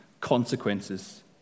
consequences